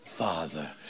father